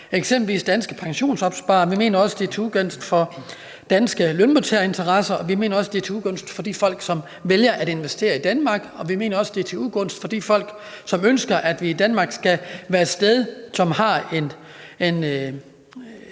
eksempelvis danske pensionsopsparere; vi mener også, at det er til ugunst for danske lønmodtagerinteresser; vi mener også, at det er til ugunst for de folk, som vælger at investere i Danmark; og vi mener også, at det er til ugunst for de folk, som ønsker, at Danmark skal være et sted, hvor man